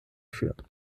führen